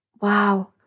wow